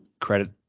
credit